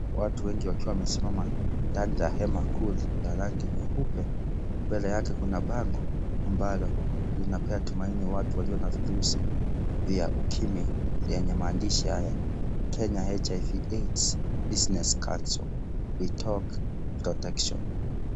Watu wengi wakiwa wamesimama ndani la hema kuu la rangi nyeupe, mbele yake kuna bango ambalo linapea tumaini watu walio na virusi vya Ukimwi lenye maandishi haya, Kenya HIV/AIDS business council, we talk protecion .